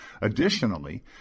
Additionally